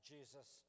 Jesus